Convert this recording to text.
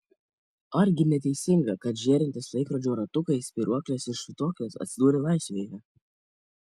argi neteisinga kad žėrintys laikrodžių ratukai spyruoklės ir švytuoklės atsidūrė laisvėje